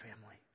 family